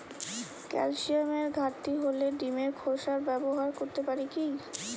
ক্যালসিয়ামের ঘাটতি হলে ডিমের খোসা ব্যবহার করতে পারি কি?